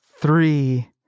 Three